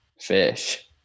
fish